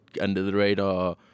under-the-radar